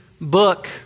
book